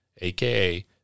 aka